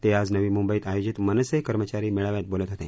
ते आज नवी मुंबईत आयोजित मनसे कर्मचारी मेळाव्यात बोलत होते